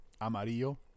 amarillo